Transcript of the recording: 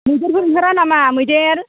मैदेरफोर ओंखारा नामा मैदेर